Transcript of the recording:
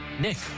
Nick